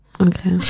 Okay